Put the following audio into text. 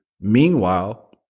Meanwhile